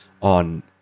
on